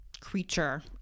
creature